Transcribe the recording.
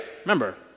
Remember